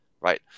right